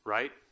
Right